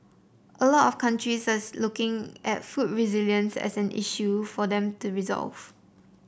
a lot of countries looking at food resilience as an issue for them to resolve